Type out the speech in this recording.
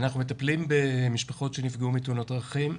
אנחנו מטפלים במשפחות שנפגעו מתאונות דרכים,